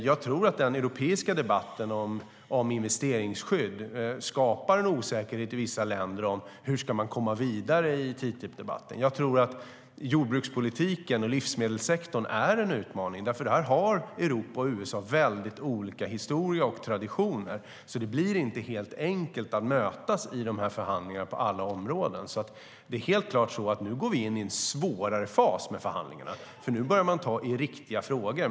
Jag tror att den europeiska debatten om investeringsskydd i vissa länder skapar en osäkerhet kring hur man ska komma vidare i TTIP-debatten.Jordbrukspolitiken och livsmedelssektorn är en utmaning, för där har Europa och USA väldigt olika historia och traditioner. Det blir inte helt enkelt att mötas i förhandlingarna på alla områden. Nu går vi in i en svårare fas i förhandlingarna, för nu börjar man ta tag i riktiga frågor.